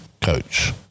coach